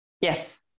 Yes